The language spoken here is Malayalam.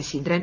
ശശീന്ദ്രൻ